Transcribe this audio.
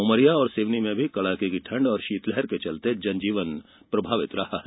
उमरिया और सिवनी में कड़ाके की ठंड और शीतलहर के चलते जनजीवन प्रभावित रहा है